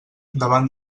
davant